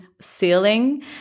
ceiling